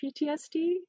PTSD